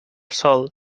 sol